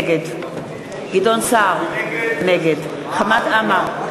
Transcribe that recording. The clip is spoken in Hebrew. נגד גדעון סער, נגד חמד עמאר,